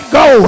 go